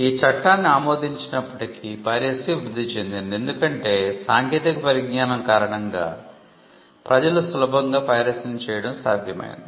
ఈ చట్టాన్ని ఆమోదించినప్పటికీ పైరసీ వృద్ధి చెందింది ఎందుకంటే సాంకేతిక పరిజ్ఞానం కారణంగా ప్రజలు సులభంగా పైరసీని చేయడం సాధ్యమైంది